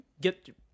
Get